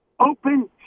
Open